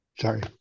Sorry